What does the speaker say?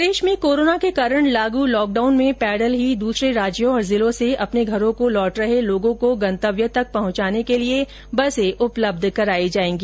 प्रदेश में कोरोना के कारण लागू लॉक डाउन में पैदल ही दूसरे राज्यों और जिलों से अपने घरों को लौट रहे लोगों को गंतव्य तक पहचाने के लिए बसे उपलब्ध कराई जाएगी